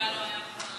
ולרויטל לא היה בכלל,